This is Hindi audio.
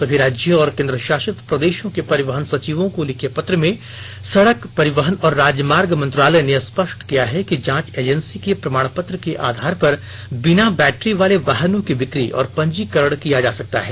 सभी राज्यों और केंद्रशासित प्रदेशों के परिवहन सचिवों को लिखे पत्र में सड़क परिवहन और राजमार्ग मंत्रालय ने स्पष्ट किया है कि जांच एजेंसी के प्रमाण पत्र के आधार पर बिना बैट्री वाले वाहनों की बिक्री और पंजीकरण किया जा सकता है